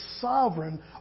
sovereign